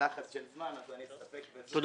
לחץ של זמן ולכן אני אסתפק בזה.